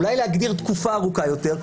אולי להגדיר תקופה ארוכה יותר,